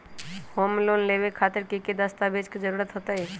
Home loan लेबे खातिर की की दस्तावेज के जरूरत होतई?